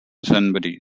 sunbury